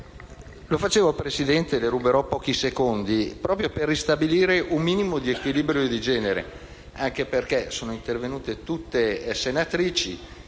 Signor Presidente, le ruberò pochi secondi per ristabilire un minimo di equilibrio di genere, anche perché sono intervenute solo delle senatrici,